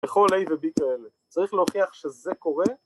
‫בכל A ו-B כאלה. ‫צריך להוכיח שזה קורה.